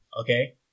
Okay